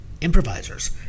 improvisers